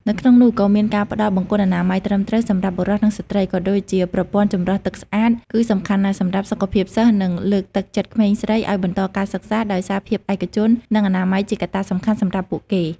នៅក្នុងនោះក៏មានការផ្តល់បង្គន់អនាម័យត្រឹមត្រូវ សម្រាប់បុរស និងស្ត្រី ក៏ដូចជាប្រព័ន្ធចម្រោះទឹកស្អាត គឺសំខាន់ណាស់សម្រាប់សុខភាពសិស្ស និងលើកទឹកចិត្តក្មេងស្រីឱ្យបន្តការសិក្សា ដោយសារភាពឯកជន និងអនាម័យជាកត្តាសំខាន់សម្រាប់ពួកគេ។